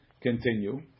Continue